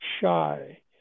shy